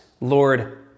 Lord